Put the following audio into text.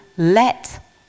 Let